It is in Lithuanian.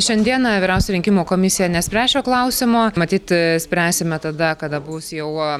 šiandieną vyriausia rinkimų komisija nespręs šio klausimo matyt spręsime tada kada bus jau